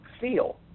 feel